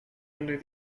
under